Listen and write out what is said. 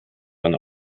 einer